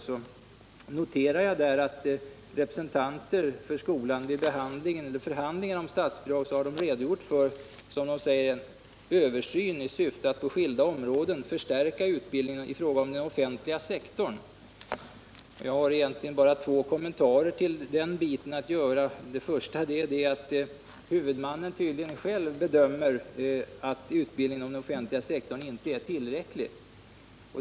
Jag noterar att representanter för skolan vid förhandlingar om statsbidrag har redogjort för, som de säger, en översyn i syfte att på skilda områden förstärka utbildningen inom den offentliga sektorn. Jag har egentligen bara två kommentarer till detta. Den första är att huvudmannen tydligen själv bedömer att utbildningen i fråga om den offentliga sektorn inte är tillräcklig.